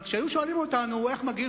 אבל כשהיו שואלים אותנו איך מגיעים